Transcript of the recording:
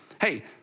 hey